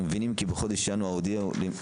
אנחנו מבינים כי בחודש ינואר הודיע